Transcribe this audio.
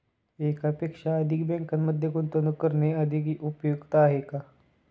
एकापेक्षा अधिक बँकांमध्ये गुंतवणूक करणे अधिक उपयुक्त आहे का?